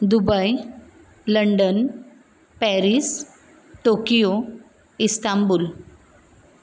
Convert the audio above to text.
Dubai London Paris Tokyo Istanbul